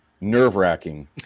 nerve-wracking